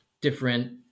different